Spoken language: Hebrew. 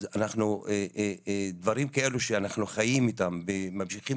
אז דברים כאלה שאנחנו חיים איתם וממשיכים